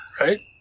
right